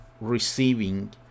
receiving